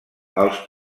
els